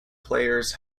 players